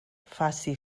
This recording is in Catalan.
faci